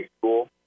school